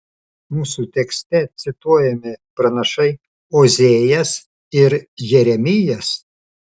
mūsų tekste cituojami pranašai ozėjas ir jeremijas